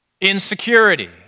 Insecurity